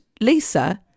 Lisa